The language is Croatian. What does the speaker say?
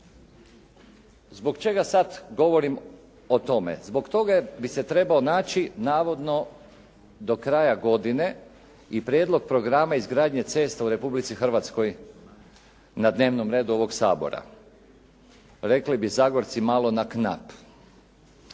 Zbog čega sad govorim o tome? Zbog toga jer bi se trebao naći navodno do kraja godine i prijedlog programa izgradnje cesta u Republici Hrvatskoj na dnevnom redu ovog Sabora. Rekli bi Zagorci: «Malo na knap».